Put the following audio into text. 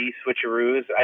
switcheroos